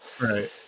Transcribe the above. Right